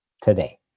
today